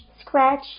scratch